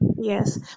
yes